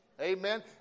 Amen